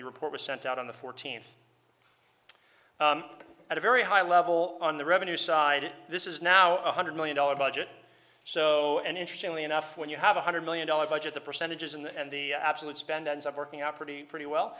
the report was sent out on the fourteenth at a very high level on the revenue side this is now a one hundred million dollars budget so an interesting enough when you have one hundred million dollars budget the percentages and the absolute spend ends up working out pretty pretty well